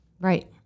Right